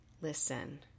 Listen